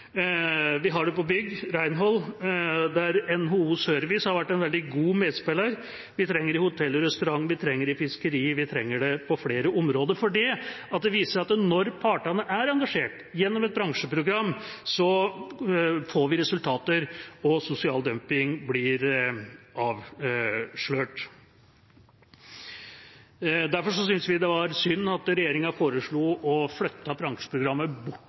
Vi har det innen bygg, reinhold, der NHO Service har vært en veldig god medspiller. Vi trenger det i hotell- og restaurantbransjen, vi trenger det i fiskeri – vi trenger det på flere områder. For det viser seg at når partene er engasjert gjennom et bransjeprogram, får vi resultater, og sosial dumping blir avslørt. Derfor syns vi det var synd at regjeringa foreslo å flytte bransjeprogrammet bort